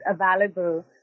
available